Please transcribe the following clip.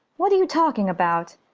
what are you talking about?